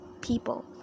people